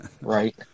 Right